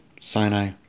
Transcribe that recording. Sinai